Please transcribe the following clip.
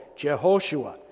Jehoshua